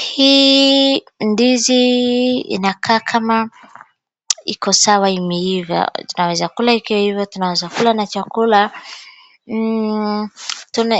Hii ndizi inakaa kama iko sawa imeiva. Chakula ikiiva tunaeza kula na chakula.